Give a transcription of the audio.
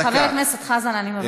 חבר הכנסת חזן, אני מבקשת.